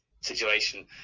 situation